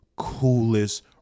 coolest